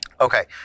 Okay